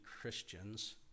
Christians